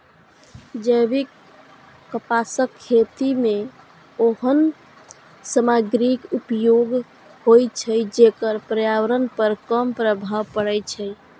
जैविक कपासक खेती मे ओहन सामग्रीक उपयोग होइ छै, जेकर पर्यावरण पर कम प्रभाव पड़ै छै